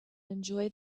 enjoy